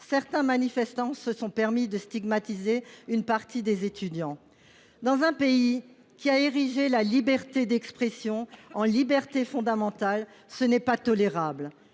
certains manifestants se sont permis de stigmatiser une partie des étudiants. Dans un pays qui a érigé la liberté d’expression en liberté fondamentale, ce n’est pas tolérable